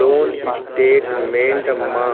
loan statement म